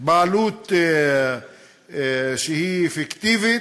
בעלות שהיא פיקטיבית,